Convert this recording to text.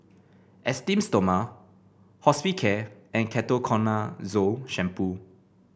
Esteem Stoma Hospicare and Ketoconazole Shampoo